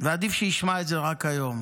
ועדיף שישמע את זה רק היום